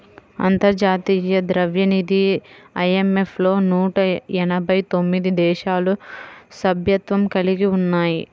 అంతర్జాతీయ ద్రవ్యనిధి ఐ.ఎం.ఎఫ్ లో నూట ఎనభై తొమ్మిది దేశాలు సభ్యత్వం కలిగి ఉన్నాయి